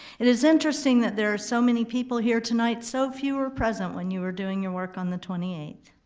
it is interesting that there are so many people here tonight, so few were present when you were doing your work on the twenty eighth.